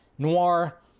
noir